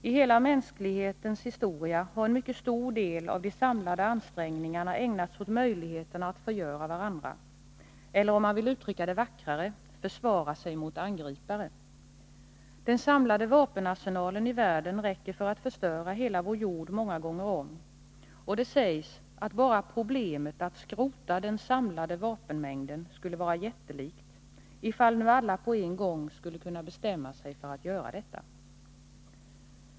I hela mänsklighetens historia har en mycket stor del av de samlade ansträngningarna ägnats åt möjligheterna att förgöra varandra, eller, om man vill uttrycka det vackrare, försvara sig mot angripare. Den samlade vapenarsenalen i världen räcker för att förstöra hela vår jord många gånger om, och det sägs att bara problemet att skrota den samlade vapenmängden skulle vara jättelikt, ifall nu alla på en gång skulle kunna bestämma sig för att göra detta.